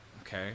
okay